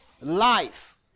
life